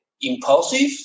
impulsive